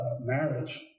marriage